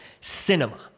cinema